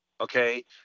Okay